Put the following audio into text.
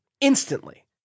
Instantly